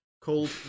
Called